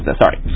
sorry